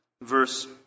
verse